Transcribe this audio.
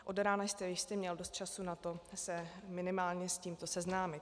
Od rána jste jistě měl dost času na to se minimálně s tímto seznámit.